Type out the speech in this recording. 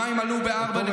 המים עלו ב-4.8%.